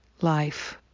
life